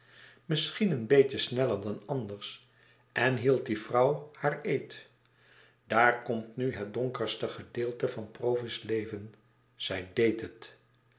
misschien een beetje sneller dan anders en hield die vrouw haar eed daar komt nu het donkerste gedeelte van provis leven zij deed het